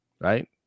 Right